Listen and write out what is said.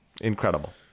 Incredible